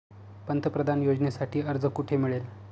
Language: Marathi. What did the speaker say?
पंतप्रधान योजनेसाठी अर्ज कुठे मिळेल?